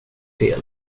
fel